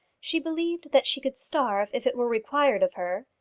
she believed that she could starve if it were required of her,